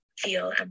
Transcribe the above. feel